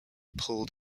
pulled